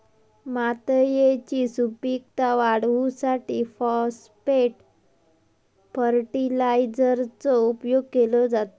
मातयेची सुपीकता वाढवूसाठी फाॅस्फेट फर्टीलायझरचो उपयोग केलो जाता